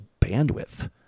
bandwidth